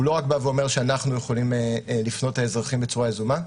הוא לא רק בא ואומר שאנחנו יכולים לפנות לאזרחים בצורה יזומה,